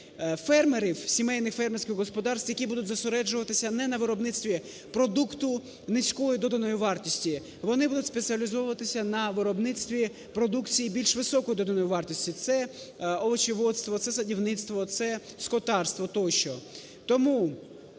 фермерів, сімейних фермерських господарств, які будуть зосереджуватися не на виробництві продукту низької доданої вартості, вони будуть спеціалізовуватися на виробництві продукції більш високої доданої вартості – це овочеводство, це садівництво, це скотарство, тощо.